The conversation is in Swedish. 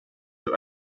och